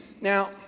Now